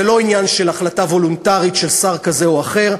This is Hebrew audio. זה לא עניין של החלטה וולונטרית של שר כזה או אחר.